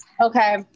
Okay